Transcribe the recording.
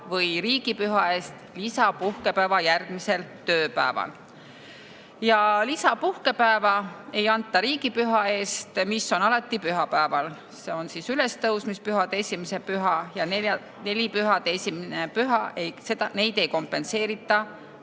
või riigipüha eest lisapuhkepäeva järgmisel tööpäeval. Lisapuhkepäeva ei anta riigipüha eest, mis on alati pühapäeval, see on siis ülestõusmispühade esimene püha ja nelipühade esimene püha. Neid ei kompenseerita